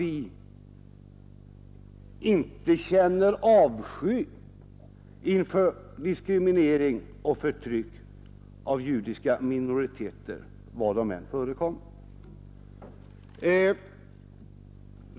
Det är när herr Ahlmark försöker göra gällande att så inte skulle vara fallet som jag reagerar.